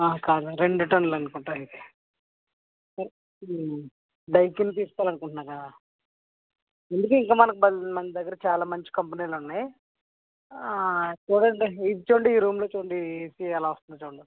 కాదం రెండు టన్నులనుకుంటా ఆయనకి సరే మీరు డైకిన్ తీసుకోవాలనుకుంటున్నారా ఎందుకు ఇంకా మన దగ్గర చాలా మంచి కంపెనీలు ఉన్నాయి చూడండి ఇది చూడండి ఈ రూంలో చూడండి ఈ ఏసీ ఎలా వస్తుందో చూడండొక సారి